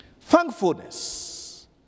Thankfulness